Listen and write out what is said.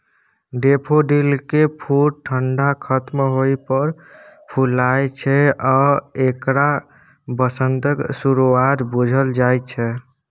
डेफोडिलकेँ फुल ठंढा खत्म होइ पर फुलाय छै आ एकरा बसंतक शुरुआत बुझल जाइ छै